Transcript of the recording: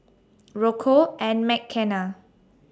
Rocco and Mckenna